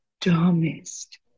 dumbest